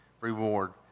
reward